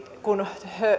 kun